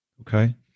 Okay